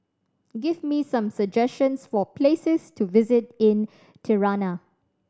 give me some suggestions for places to visit in Tirana